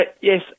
Yes